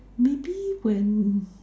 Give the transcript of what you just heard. maybe when